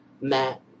Matt